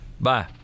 Bye